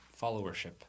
followership